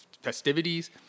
festivities